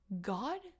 God